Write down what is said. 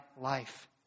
life